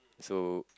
so